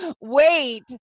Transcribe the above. wait